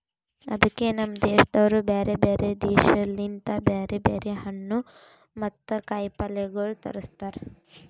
ಅದುಕೆ ನಮ್ ದೇಶದವರು ಬ್ಯಾರೆ ಬ್ಯಾರೆ ದೇಶ ಲಿಂತ್ ಬ್ಯಾರೆ ಬ್ಯಾರೆ ಹಣ್ಣು ಮತ್ತ ಕಾಯಿ ಪಲ್ಯಗೊಳ್ ತರುಸ್ತಾರ್